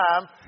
time